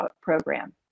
program